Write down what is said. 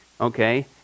Okay